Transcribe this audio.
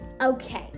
Okay